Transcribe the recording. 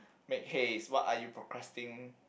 make haste what are you procasing~